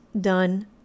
done